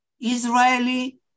Israeli